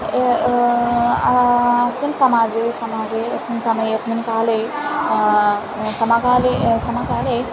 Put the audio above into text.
अस्मिन् समाजे समाजे अस्मिन् समये अस्मिन् काले समकाले समकाले